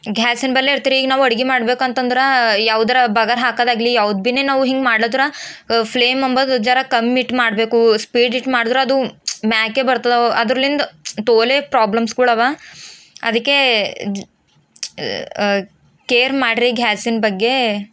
ಘ್ಯಾಸಿನ ಬಳಿ ಇರ್ತ್ರಿ ಈಗ ನಾವು ಅಡುಗೆ ಮಾಡ್ಬೇಕಂತಂದ್ರೆ ಯಾವುದರ ಬಗರ್ ಹಾಕೋದಾಗ್ಲಿ ಯಾವ್ದು ಭೀ ನಾವು ಹಿಂಗೆ ಮಾಡ್ಲತ್ರ ಫ್ಲೇಮ್ ಅಂಬೋದು ಜರಾ ಕಮ್ಮಿ ಇಟ್ಟು ಮಾಡಬೇಕು ಸ್ಪೀಡ್ ಇಟ್ಟು ಮಾಡಿದ್ರೆ ಅದು ಮೇಲೆ ಬರ್ತದ ಅದ್ರಲ್ಲಿಂದ ತೋಲೆ ಪ್ರಾಬ್ಲಮ್ಸ್ಗಳಿವೆ ಅದಕ್ಕೆ ಕೇರ್ ಮಾಡಿರಿ ಘ್ಯಾಸಿನ ಬಗ್ಗೆ